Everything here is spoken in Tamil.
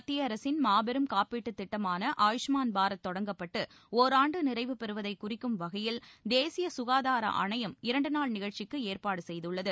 மத்திய அரசின் மாபெரும் காப்பீட்டுத் திட்டமான ஆயுஷ்மான் பாரத் தொடங்கப்பட்டு ஒராண்டு நிறைவு பெறுவதைக் குறிக்கும் வகையில் தேசிய ககாதார ஆணையம் இரண்டுநாள் நிகழ்ச்சிக்கு ஏற்பாடு செய்துள்ளது